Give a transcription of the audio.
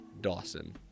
Dawson